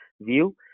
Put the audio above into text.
view